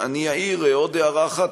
אני אעיר עוד הערה אחת,